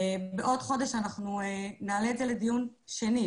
בעוד חודש אנחנו נעלה את זה לדיון שנית.